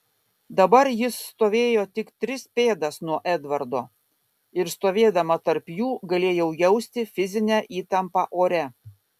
dabar jis stovėjo tik tris pėdas nuo edvardo ir stovėdama tarp jų galėjau jausti fizinę įtampą ore